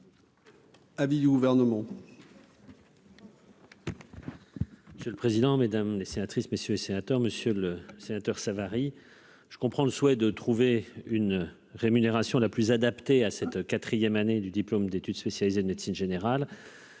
Avis du gouvernement.